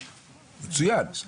מצוין,